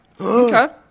Okay